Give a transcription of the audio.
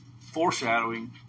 foreshadowing